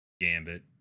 Gambit